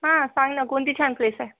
हा सांग ना कोणती छान प्लेस आहे